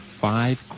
five